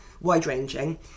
wide-ranging